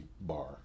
bar